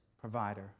provider